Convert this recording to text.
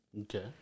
Okay